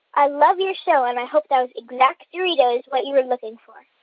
i love your show, and i hope that was exactoritos what you were looking for